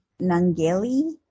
Nangeli